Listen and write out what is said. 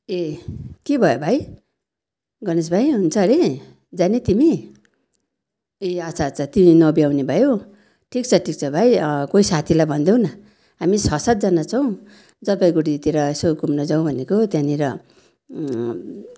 ए के भयो भाइ गणेश भाइ हुन्छ हरे जाने तिमी ए अच्छा अच्छा तिमी नभ्याउने भयौ ठिक छ ठिक छ भाइ कोही साथीलाई भनिदेउ न हामी छ सातजना छौँ जलपाइगढीतिर यसो घुम्न जाउँ भनेको त्यहाँनिर